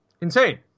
insane